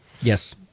Yes